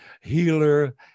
healer